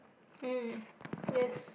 mm yes